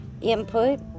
input